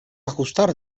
ajustar